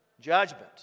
judgment